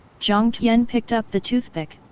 jiang tian picked up the toothpick,